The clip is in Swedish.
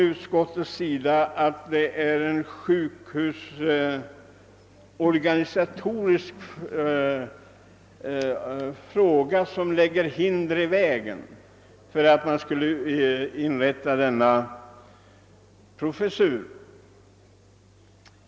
Utskottet säger att sjukhusorganisatoriska förhållanden lägger hinder i vä gen för inrättandet av denna professur.